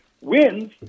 wins